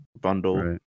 bundle